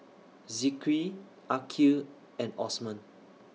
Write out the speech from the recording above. Zikri Aqil and Osman